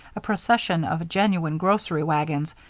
a procession of genuine grocery wagons,